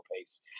pace